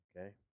Okay